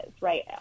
right